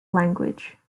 language